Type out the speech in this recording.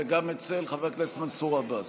וגם אצל חבר הכנסת מנסור עבאס.